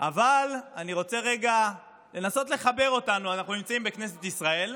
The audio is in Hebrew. אבל אני רוצה רגע לנסות לחבר אותנו: אנחנו נמצאים בכנסת ישראל,